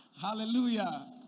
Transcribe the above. Hallelujah